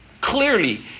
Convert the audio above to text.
clearly